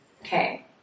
Okay